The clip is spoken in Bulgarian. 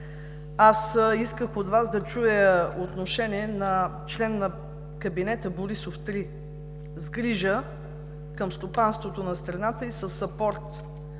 Аз исках от Вас да чуя отношение на член на кабинета Борисов 3 – с грижа към стопанството на страната и с апорт